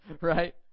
right